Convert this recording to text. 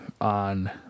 on